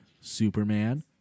Superman